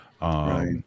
Right